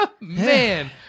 Man